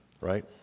right